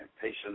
patient